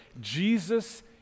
Jesus